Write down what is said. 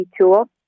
tool